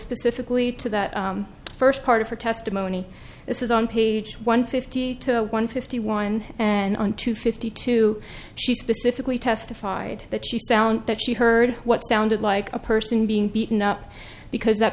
specifically to the first part of her testimony this is on page one fifty two one fifty one and on two fifty two she specifically testified that she found that she heard what sounded like a person being beaten up because that